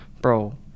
bro